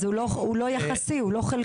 אז הוא לא יחסי; הוא לא חלקי.